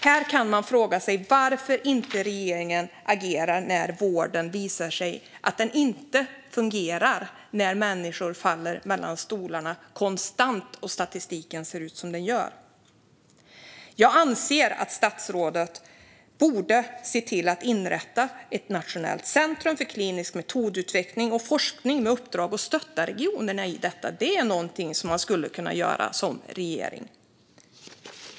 Här kan man fråga sig varför regeringen inte agerar när det visar sig att vården inte fungerar, när människor konstant faller mellan stolarna och statistiken ser ut som den gör. Jag anser att statsrådet borde se till att inrätta ett nationellt centrum för klinisk metodutveckling och forskning med uppdrag att stötta regionerna i detta. Det är något man skulle kunna göra som regering.